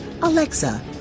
Alexa